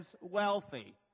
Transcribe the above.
wealthy